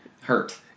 hurt